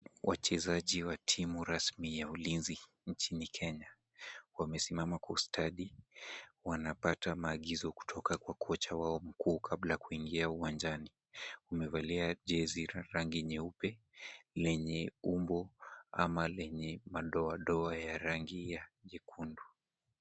Wachezaji wa timu rasmi ya Ulinzi nchini Kenya. Wamesimama kwa ustadi. Wanapata maagizo kutoka kwa kocha wao mkuu kabla kuingia uwanjani. Wamevalia jezi la rangi nyeupe lenye umbo ama lenye madoadoa ya rangi ya jekundu.